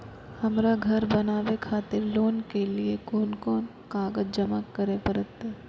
हमरा घर बनावे खातिर लोन के लिए कोन कौन कागज जमा करे परते?